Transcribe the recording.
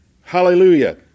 Hallelujah